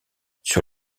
sur